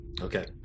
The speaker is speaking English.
Okay